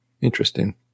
Interesting